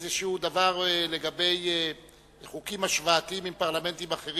השוואה לגבי חוקים עם פרלמנטים אחרים,